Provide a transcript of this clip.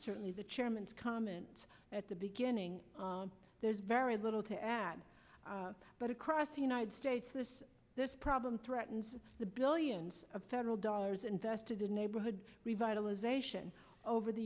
certainly the chairman's comment at the beginning there's very little to add but across the united states this this problem threatens the billions of federal dollars invested in neighborhood revitalization over the